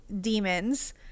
demons